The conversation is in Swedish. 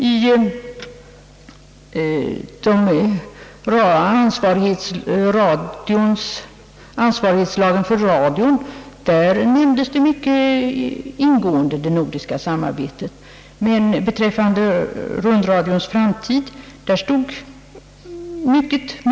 När det gällde radioansvarighetslagen redovisades t.ex. det nordiska samarbetet, men när det gällde rundradions framtid nämndes detta mycket litet.